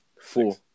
Four